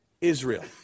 Israel